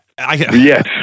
Yes